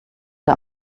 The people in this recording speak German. der